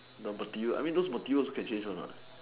the material I mean those materials also can change right or not